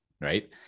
Right